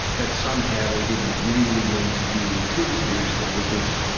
that somehow we didn't really need to deal too seriously with this,